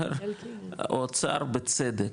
אומר האוצר בצדק,